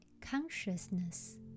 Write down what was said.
consciousness